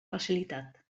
facilitat